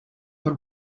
but